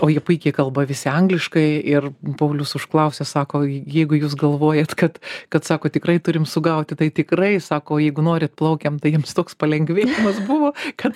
o jie puikiai kalba visi angliškai ir paulius užklausė sako jeigu jūs galvojat kad kad sako tikrai turim sugauti tai tikrai sako jeigu norit plaukiam tai jiems toks palengvėjimas buvo kad